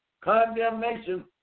Condemnation